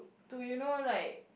to you know like